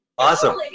Awesome